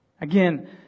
Again